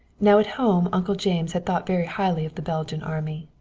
now at home uncle james had thought very highly of the belgian army.